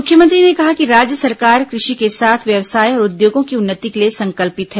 मुख्यमंत्री ने कहा कि राज्य सरकार कृषि के साथ व्यवसाय और उद्योगों की उन्नति के लिए संकल्पित है